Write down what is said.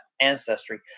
ancestry